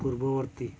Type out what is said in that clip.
ପୂର୍ବବର୍ତ୍ତୀ